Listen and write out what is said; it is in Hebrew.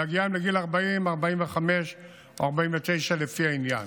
בהגיעם להגיע לגיל 40, 45 או 49, לפי העניין.